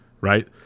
right